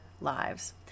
lives